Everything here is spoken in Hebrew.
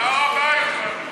את הר-הבית.